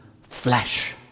flesh